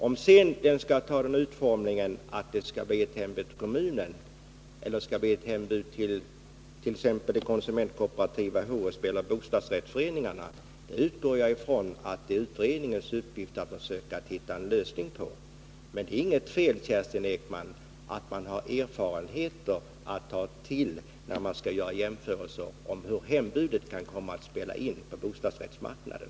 Om utformningen sedan skall bli den att det sker ett hembud till kommunen eller hembud exempelvis till det konsumentkooperativa HSB eller bostadsrättsföreningarna är någonting som jag utgår från att utredningen har i uppgift att försöka hitta en lösning på. Men det är inget fel, Kerstin Ekman, att man har erfarenheter att bygga på när man skall jämföra hur hembudet kan komma att spela in på bostadsrättsmarknaden.